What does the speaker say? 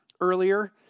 earlier